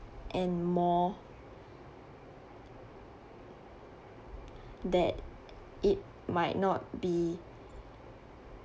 and more that it might not be